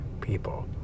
people